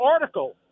article